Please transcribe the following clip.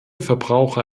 verbraucher